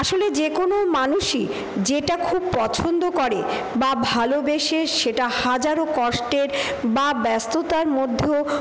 আসলে যেকোনো মানুষই যেটা খুব পছন্দ করে বা ভালোবেসে সেটা হাজারও কষ্টের বা ব্যস্ততার মধ্যেও